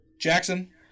jackson